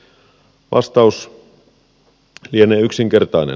vastaus lienee yksinkertainen